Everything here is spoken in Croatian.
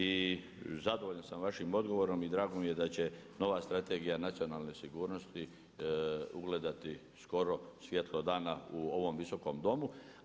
I zadovoljan sam sa vašim odgovorom i drago mi je da će nova Strategija nacionalne sigurnosti ugledati skoro svjetlo dana u ovom Visokom domu.